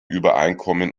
übereinkommen